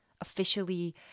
officially